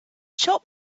shop